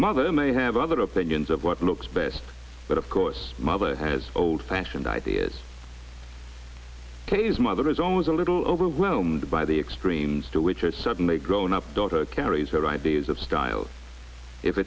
mother may have other opinions of what looks best but of course mother has old fashioned ideas kay's mother is always a little overwhelmed by the extremes to which i suddenly grown up daughter carries her ideas of style if